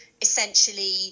essentially